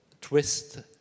twist